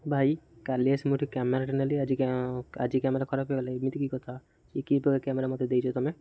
ଭାଇ କାଲି ଆସି ମୁଁ ଗୋଟେ କ୍ୟାମେରାଟେ ନେଲି ଆଜି ଆଜି କ୍ୟାମେରା ଖରାପ ହେଇଗଲା ଏମିତି କି କଥା ଏ କି ପ୍ରକାର କ୍ୟାମେରା ମୋତେ ଦେଇଛ ତୁମେ